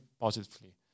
positively